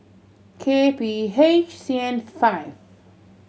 K P H C N five